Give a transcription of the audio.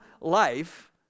life